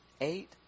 Eight